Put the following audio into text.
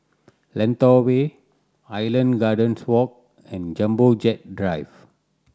Lentor Way Island Gardens Walk and Jumbo Jet Drive